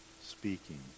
speaking